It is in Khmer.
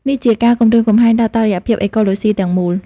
នេះជាការគំរាមកំហែងដល់តុល្យភាពអេកូឡូស៊ីទាំងមូល។